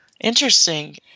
interesting